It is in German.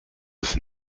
das